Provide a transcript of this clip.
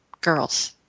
girls